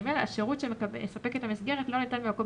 השירות שמספקת המסגרת לא ניתן במקום